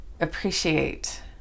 appreciate